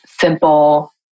simple